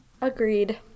Agreed